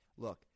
Look